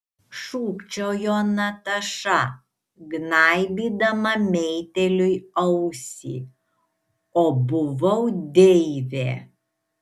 šūkčiojo nataša gnaibydama meitėliui ausį o buvau deivė